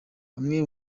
amwe